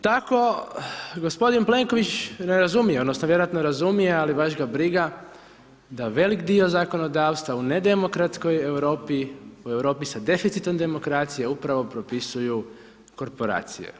Tako g. Plenković razumije odnosno vjerojatno razumije, ali baš ga briga da velik dio zakonodavstva u nedemokratskoj Europi, u Europi sa deficitom demokracije, upravo propisuju korporacije.